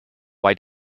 why